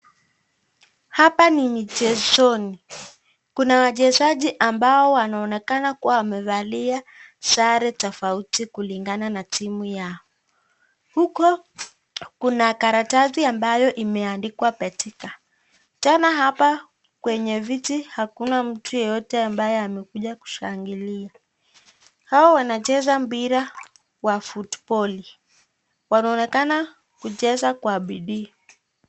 Hapa ni michezoni kuna wachezaji ambao wanaonekana kuwa wamevalia sare tofauti kulingana na timu yao. Huko kuna karatasi ambayo imeandikwa betika tena hapa kwenye viti hakuna mtu ambaye amekuja kushangilia. Hao wanacheza mpira wa futiboli wanaonekana kucheza kwa bidii.